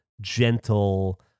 gentle